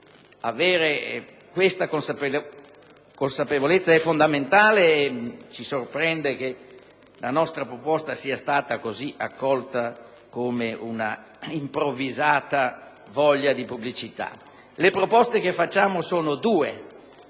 avere questa consapevolezza è fondamentale e ci sorprende che la nostra proposta sia stata accolta come una improvvisata voglia di pubblicità. Le proposte sono due: